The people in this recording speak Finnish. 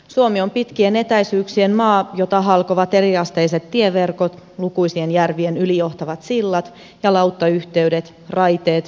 suomi on pitkien etäisyyksien maa jota halkovat eriasteiset tieverkot lukuisien järvien yli johtavat sillat ja lauttayhteydet raiteet ja lentoreitit